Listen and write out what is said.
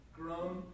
grown